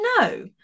no